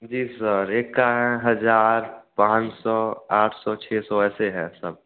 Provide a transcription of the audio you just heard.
जी sir एक का हैं हज़ार पाँच सौ आठ सौ छह सौ ऐसे हैं सब